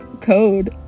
code